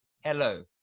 Hello